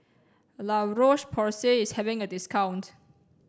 La Roche Porsay is having a discount